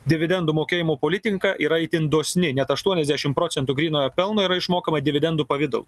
dividendų mokėjimo politika yra itin dosni net aštuoniasdešim procentų grynojo pelno yra išmokama dividendų pavidalu